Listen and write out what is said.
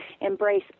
embrace